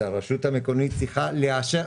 זה הרשות המקומית צריכה לאשר,